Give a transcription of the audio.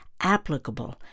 applicable